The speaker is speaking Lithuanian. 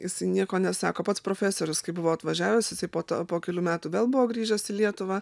jisai nieko nesako pats profesorius kai buvo atvažiavęs jisai po to po kelių metų vėl buvo grįžęs į lietuvą